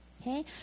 Okay